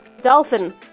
dolphin